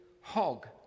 Hog